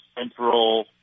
central